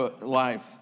life